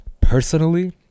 personally